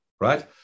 right